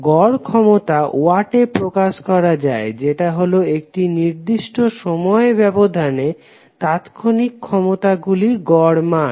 গড় ক্ষমতা ওয়াটে প্রকাশ করা যায় যেটা হলো একটি নির্দিষ্ট সময় ব্যবধানে তাৎক্ষণিক ক্ষমতা গুলির গড় মান